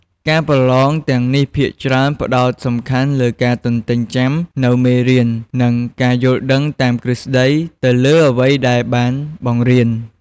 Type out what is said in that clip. ការប្រឡងទាំងនេះភាគច្រើនផ្តោតសំខាន់លើ ការទន្ទេញចាំ នូវមេរៀន និង ការយល់ដឹងតាមទ្រឹស្តី ទៅលើអ្វីដែលបានបង្រៀន។